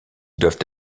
doivent